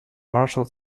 marshall